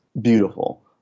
beautiful